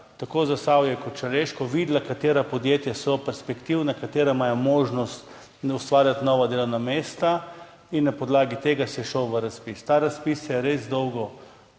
tako Zasavje kot Šaleško, videla, katera podjetja so perspektivna, katera imajo možnost ustvarjati nova delovna mesta, in na podlagi tega se je šlo v razpis. Ta razpis se je res dolgo,